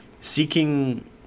seeking